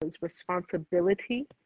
responsibility